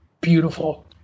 beautiful